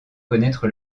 connaître